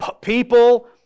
People